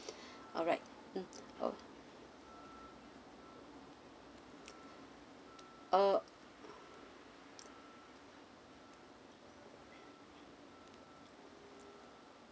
alright mm oh uh